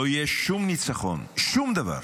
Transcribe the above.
לא יהיה שום ניצחון, שום דבר